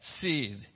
seed